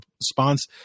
response